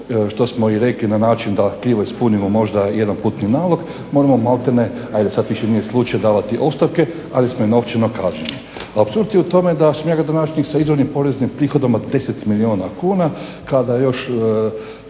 što smo i rekli na način da krivo ispunimo možda jedan putni nalog, moramo maltene, ajde sad više nije slučaj davati ostavke, ali smo i novčano kažnjeni. Apsurd je u tome da sam ja gradonačelnik sa izvornim poreznim prihodom od 10 milijuna kuna, kada još